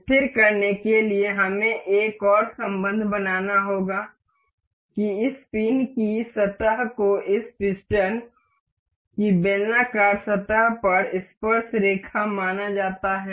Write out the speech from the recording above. ठीक करने के लिए हमें एक और संबंध बनाना होगा कि इस पिन की सतह को इस पिस्टन की बेलनाकार सतह पर स्पर्शरेखा माना जाता है